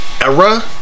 era